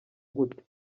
gute